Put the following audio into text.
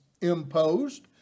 imposed